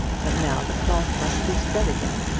but now the cloth must be spread again,